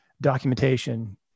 documentation